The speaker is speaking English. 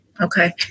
Okay